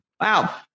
Wow